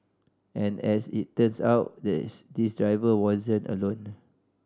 and as it turns out this driver wasn't alone